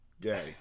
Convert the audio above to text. gay